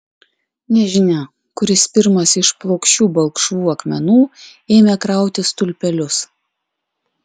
nežinia kuris pirmas iš plokščių balkšvų akmenų ėmė krauti stulpelius